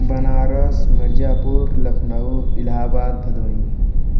Banaras Mirzapur Lucknow Allahabad Bhadohi